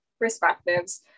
perspectives